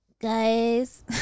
Guys